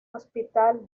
hospital